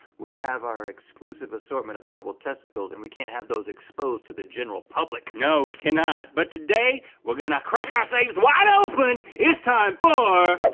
we have our exclusive assortment of edible testicles and we can't have those exposed to the general public. no we cannot, but today, we're gonna crack our safes wide open. it's time for,